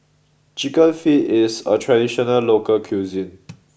Chicken Feet is a traditional local cuisine